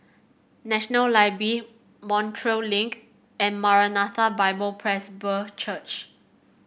National Library Montreal Link and Maranatha Bible Presby Church